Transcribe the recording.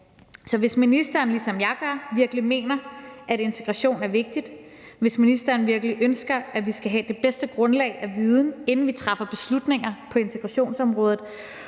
Så hvis ministeren, ligesom jeg gør, virkelig mener, at integration er vigtigt, hvis ministeren virkelig ønsker, at vi skal have det bedste grundlag af viden, inden vi træffer beslutninger på integrationsområdet,